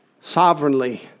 sovereignly